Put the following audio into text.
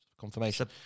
Confirmation